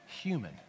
human